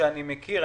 שאני מכיר,